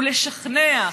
ולשכנע,